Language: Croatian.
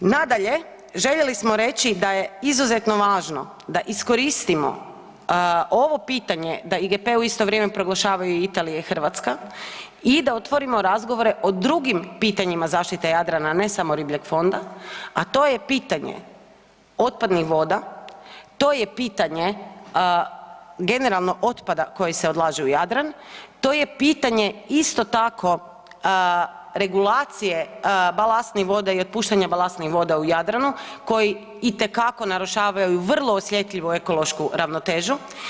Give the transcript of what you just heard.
Nadalje, željeli smo reći da je izuzetno važno da iskoristimo ovo pitanje da IGP u isto vrijeme proglašavaju i Italija i Hrvatska i da otvorimo razgovore o drugim pitanjima zaštite Jadrana, a ne samo ribljeg fonda, a to je pitanje otpadnih voda, to je pitanje generalno otpada koji se odlaže u Jadran, to je pitanje isto tako regulacije balastnih voda i otpuštanja balastnih voda u Jadranu koji itekako narušavaju vrlo osjetljivu ekološku ravnotežu.